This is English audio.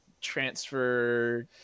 transfer